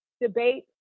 debate